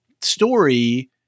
story